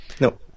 No